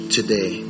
Today